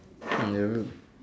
in the room